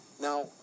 Now